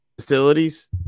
facilities